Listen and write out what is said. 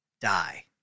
die